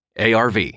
ARV –